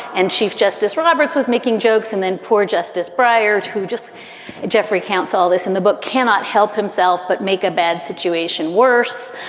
and chief justice roberts was making jokes. and then poor justice breyer, who just jeffrey counts all this in the book, cannot help himself but make a bad situation worse.